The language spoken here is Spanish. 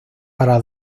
para